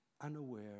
unaware